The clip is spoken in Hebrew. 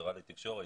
שנמסרה לתקשורת: